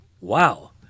Wow